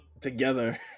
together